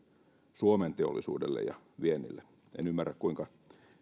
suomen teollisuudelle ja viennille en ymmärrä kuinka